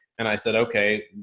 and i said, okay,